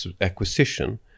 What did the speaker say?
acquisition